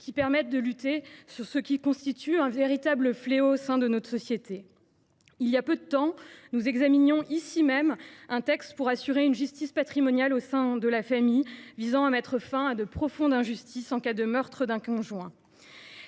visant à lutter contre ce qui constitue un véritable fléau au sein de notre société. Il y a peu de temps, nous examinions ici même une proposition de loi visant à assurer une justice patrimoniale au sein de la famille ; il s’agissait de mettre fin à de profondes injustices en cas de meurtre d’un conjoint.